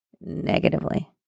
negatively